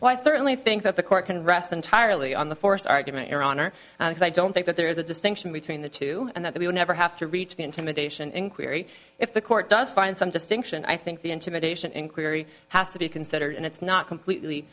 why certainly think that the court can rest entirely on the forest argument your honor because i don't think that there is a distinction between the two and that we would never have to reach the intimidation inquiry if the court does find some distinction i think the intimidation inquiry has to be considered and it's not completely